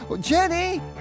Jenny